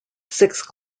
six